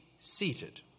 seated